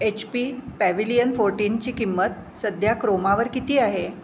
H P Pavilion फोर्टीनची किंमत सध्या क्रोमावर किती आहे